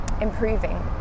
improving